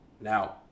Now